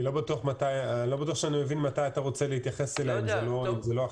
אני לא בטוח שאני מבין מתי אתה רוצה להתייחס אליה אם לא עכשיו.